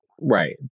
Right